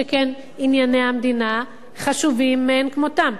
שכן ענייני המדינה חשובים מאין כמותם.